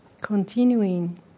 continuing